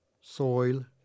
soil